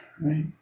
right